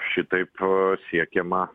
šitaip siekiama